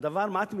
הדבר מעט מדי.